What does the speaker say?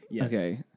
Okay